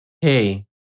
hey